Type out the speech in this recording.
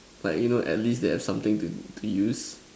but you know at least there is something to use